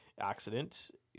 Accident